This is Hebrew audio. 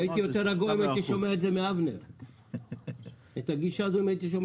הייתי רגוע יותר אם הייתי שומע את הגישה הזאת מאבנר.